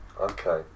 Okay